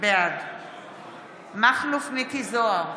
בעד מכלוף מיקי זוהר,